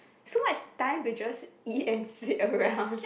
so much time to just eat and sit around